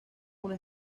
una